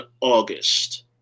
August